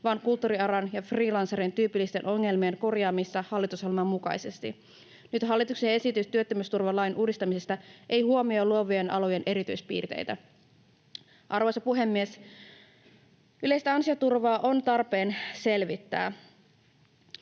vaan kulttuurialan ja freelancerien tyypillisten ongelmien korjaamista hallitusohjelman mukaisesti. Nyt hallituksen esitys työttömyysturvalain uudistamisesta ei huomioi luovien alojen erityispiirteitä. Arvoisa puhemies! Yleistä ansioturvaa on tarpeen selvittää.